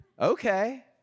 okay